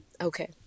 Okay